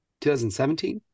2017